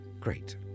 Great